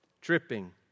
Dripping